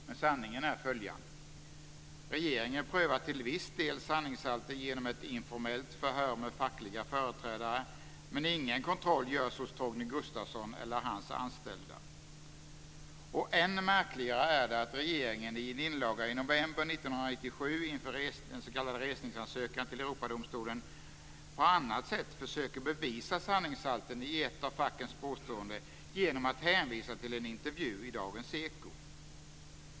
Men sanningen är följande: Regeringen prövar till viss del sanningshalten genom ett informellt förhör med fackliga företrädare, men ingen kontroll görs hos Torgny Gustafsson eller hans anställda. Än märkligare är det att regeringen i en inlaga i november 1997 inför den s.k. resningsansökan till Europadomstolen på annat sätt försöker bevisa sanningshalten i ett av fackens påståenden genom att hänvisa till en intervju i Dagens Eko.